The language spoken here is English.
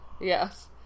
Yes